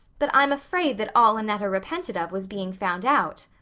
but i'm afraid that all annetta repented of was being found out.